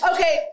Okay